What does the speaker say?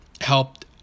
helped